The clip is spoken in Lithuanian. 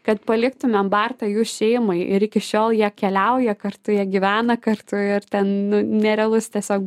kad paliktumėm bartą jų šeimai ir iki šiol jie keliauja kartu jie gyvena kartu ir ten nerealus tiesiog